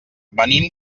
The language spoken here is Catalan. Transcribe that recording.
venim